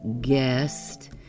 guest